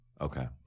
okay